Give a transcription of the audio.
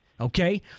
okay